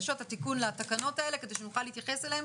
התיקון לתקנות האלה כדי שנוכל להתייחס אליהן